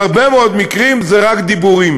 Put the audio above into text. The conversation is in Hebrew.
בהרבה מאוד מקרים זה רק דיבורים,